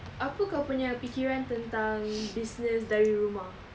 apa kau punya fikiran tentang business dari rumah